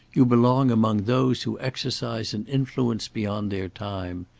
you belong among those who exercise an influence beyond their time.